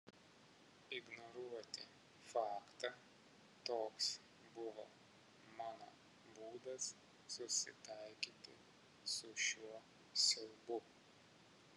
ignoruoti faktą toks buvo mano būdas susitaikyti su šiuo siaubu